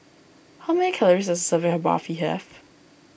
how many calories does a serving of Barfi have